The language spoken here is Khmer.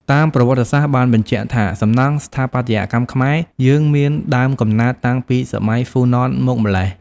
តាមប្រវត្តិសាស្រ្តបានបញ្ជាក់ថាសំណង់ស្ថាបត្យកម្មខ្មែរយើងមានដើមកំណើតតាំងពីសម័យហ្វូណនមកម៉្លេះ។